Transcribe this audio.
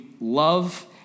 love